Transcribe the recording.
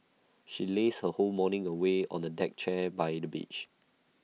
she lazed her whole morning away on A deck chair by the beach